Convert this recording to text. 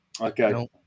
Okay